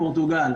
פורטוגל,